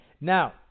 Now